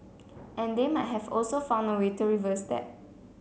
and they might have also found a way to reverse that